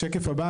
שקף הבא,